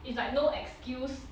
it's like no excuse